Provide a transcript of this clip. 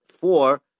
four